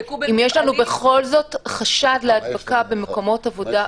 אם יש לנו בכל זאת חשד להדבקה במקומות עבודה,